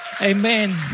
Amen